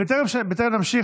בטרם נמשיך,